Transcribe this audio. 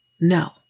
No